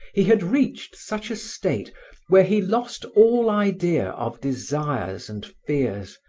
he had reached such a state where he lost all idea of desires and fears,